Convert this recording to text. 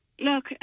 look